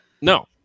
no